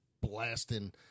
blasting